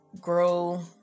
grow